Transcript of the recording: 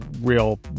real